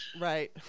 Right